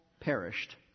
perished